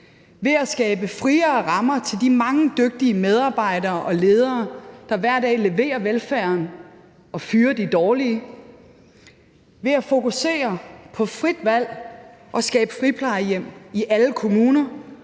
ved at skabe friere rammer til de mange dygtige medarbejdere og ledere, der hver dag leverer velfærden, og fyre de dårlige; ved at fokusere på frit valg og skabe friplejehjem i alle kommuner;